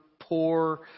poor